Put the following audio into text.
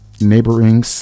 neighboring